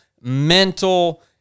mental